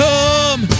Come